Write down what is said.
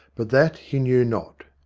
but that he knew not.